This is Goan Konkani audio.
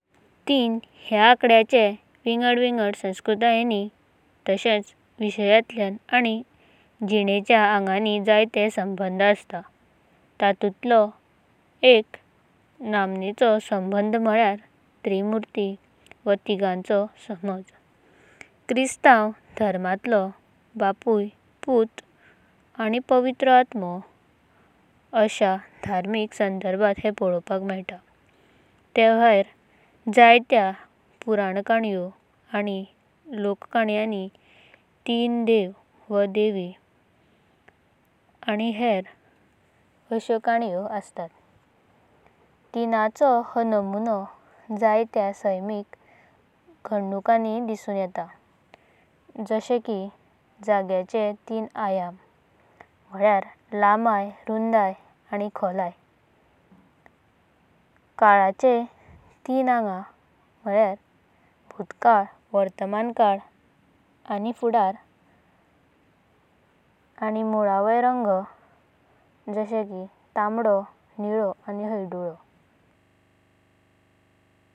तीन ह्या आकडयांची विंगड-विंगड संस्कृतयांनी, तसेच विशयंतलयाना आनी जीणेच्या अंगांनी जयते संबंध असता। तातुंतलो एक नामनेचो संबंध म्हाल्यारा त्रिमूर्ती वा तिगणचो समाज। किरीस्तान्वा धर्मांतलो बापूया, पूता आनी पवित्र आत्मो असया धार्मिक संदर्भांत हें पालोवणक मिलत। तेया भायर जयत्य पुराणकाण्यांनी आनी लोककाण्यांनी तिन देव, देवी वा हेरा अशो काण्यो असता। तिनांचो हो नमोनो जयत्य सैमिका घडनुकाणणया दिसून येता। जशे कि जाग्याचे तिन आयाम लांबया, रुंडया आनी खोलया। काळाचे तिन अंग भूतकाल, वर्तमान आनी फुडरा। आनी तिन मुलवे रंग जशो तांबडो, निलो आनी हलदुवे।